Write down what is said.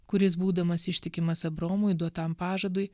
kuris būdamas ištikimas abraomui duotam pažadui